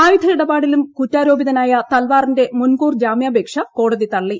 ആയുധ ഇടപാടിലും കുറ്റാരോപിതനായ തൽവാറിന്റെ മുൻകൂർ ജാമ്യാപേക്ഷ കോടതി തള്ളി